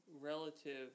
Relative